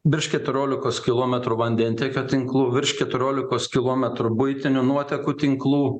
virš keturiolikos kilometrų vandentiekio tinklų virš keturiolikos kilometrų buitinių nuotekų tinklų